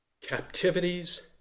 captivities